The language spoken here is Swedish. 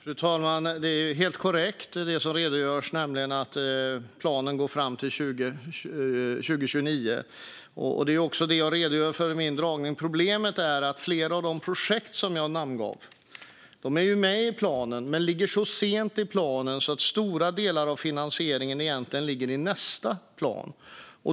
Fru talman! Det är helt korrekt, det som redogörs för här - planen går fram till 2029. Det var också det jag redogjorde för i mitt inlägg. Problemet är att flera av de projekt som jag nämnde är med i planen men ligger så sent i planen att stora delar av finansieringen egentligen ligger i nästa plan.